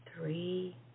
three